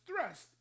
thrust